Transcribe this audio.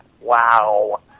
Wow